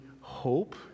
hope